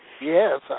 Yes